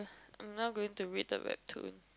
I am now going to read the Webtoon